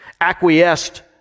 acquiesced